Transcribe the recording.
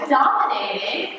dominating